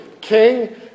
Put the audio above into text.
king